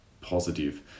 positive